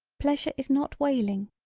pleasure is not wailing.